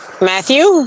Matthew